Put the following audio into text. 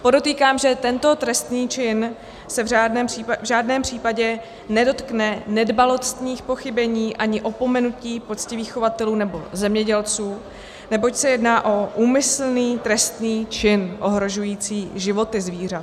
Podotýkám, že tento trestný čin se v žádném případě nedotkne nedbalostních pochybení ani opomenutí poctivých chovatelů nebo zemědělců, neboť se jedná o úmyslný trestný čin ohrožující životy zvířat.